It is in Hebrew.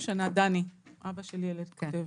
דני, אבא של ילד כותב.